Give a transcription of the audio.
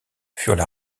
furent